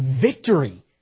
victory